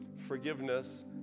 forgiveness